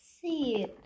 see